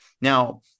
Now